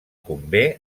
convé